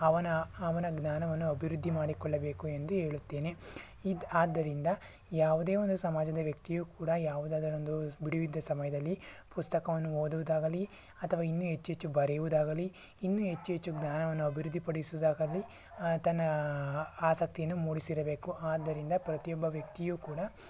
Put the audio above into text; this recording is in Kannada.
ಅವನ ಅವನ ಜ್ಞಾನವನ್ನು ಅಭಿವೃದ್ಧಿ ಮಾಡಿಕೊಳ್ಳಬೇಕು ಎಂದು ಹೇಳುತ್ತೇನೆ ಇದು ಆದ್ದರಿಂದ ಯಾವುದೇ ಒಂದು ಸಮಾಜದ ವ್ಯಕ್ತಿಯೂ ಕೂಡ ಯಾವುದಾದರೊಂದು ಬಿಡುವಿದ್ದ ಸಮಯದಲ್ಲಿ ಪುಸ್ತಕವನ್ನು ಓದುವುದಾಗಲಿ ಅಥವಾ ಇನ್ನೂ ಹೆಚ್ಚು ಹೆಚ್ಚು ಬರೆಯುವುದಾಗಲಿ ಇನ್ನೂ ಹೆಚ್ಚು ಹೆಚ್ಚು ಜ್ಞಾನವನ್ನು ಅಭಿವೃದ್ಧಿ ಪಡಿಸುದಾಗಲಿ ತನ್ನ ಆಸಕ್ತಿಯನ್ನು ಮೂಡಿಸಿರಬೇಕು ಆದ್ದರಿಂದ ಪ್ರತಿಯೊಬ್ಬ ವ್ಯಕ್ತಿಯೂ ಕೂಡ